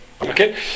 Okay